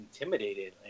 intimidated